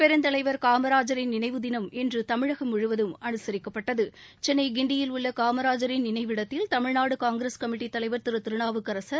பெருந்தலைவர் காமராஜரின் நினைவு தினம் இன்று தமிழகம் முழுவதும் அனுசிக்கப்பட்டது சென்னை கிண்டியில் உள்ள காமராஜரின் நினைவிடத்தில் தமிழ்நாடு காங்கிரஸ் கமிட்டித்தலைவர் திரு திருநாவுக்கரசர்